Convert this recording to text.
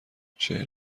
چهل